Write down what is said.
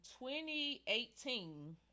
2018